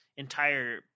Entire